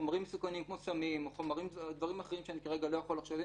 חומרים מסוכנים כמו סמים או דברים אחרים שאני כרגע לא יכול לחשוב עליהם,